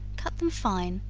cut them fine,